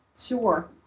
Sure